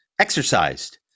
exercised